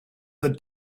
the